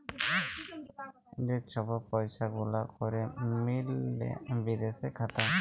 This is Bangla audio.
যে ছব পইসা গুলা ক্যরে মিলে বিদেশে খাতায়